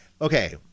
Okay